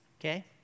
Okay